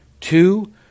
Two